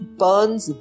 burns